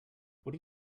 what